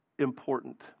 Important